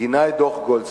גינה את דוח-גולדסטון